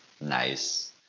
Nice